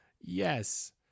Yes